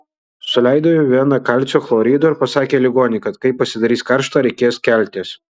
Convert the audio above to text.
suleido į veną kalcio chlorido ir pasakė ligonei kad kai pasidarys karšta reikės keltis